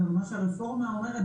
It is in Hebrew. מה שהרפורמה אומרת,